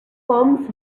forms